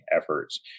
efforts